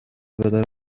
پدر